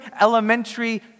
elementary